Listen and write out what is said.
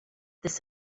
this